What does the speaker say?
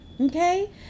Okay